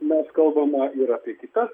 nes kalbama ir apie kitas